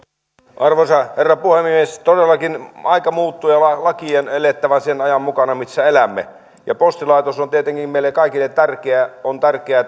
arvoisa herra puhemies todellakin aika muuttuu ja lakien on elettävä sen ajan mukana missä elämme postilaitos on tietenkin meille kaikille tärkeä on tärkeää